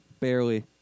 Barely